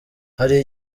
hari